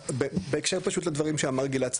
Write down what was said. בהקשר פשוט לדברים שאמר גלעד שדה,